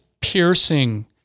piercing